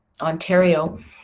Ontario